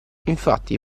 infatti